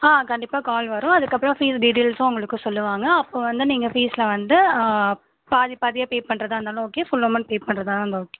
ஆ கண்டிப்பாக கால் வரும் அதுக்கப்புறோம் ஃபீஸ் டீடெயில்ஸ்சும் உங்களுக்கு சொல்லுவாங்க அப்போது வந்து நீங்கள் ஃபீஸ்ல வந்து பாதி பாதியாக பே பண்ணுறதா இருந்தாலும் ஓகே ஃபுல் அமௌன்ட் பே பண்ணுறதா இருந்தால் ஓகே